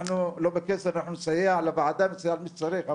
אנחנו בכסף, אנחנו נסייע לוועדה במה שצריך.